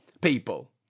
people